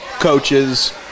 coaches